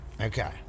Okay